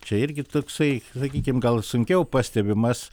čia irgi toksai sakykim gal sunkiau pastebimas